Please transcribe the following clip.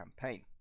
campaign